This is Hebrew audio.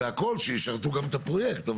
והכל, שישרתו גם את הפרויקט.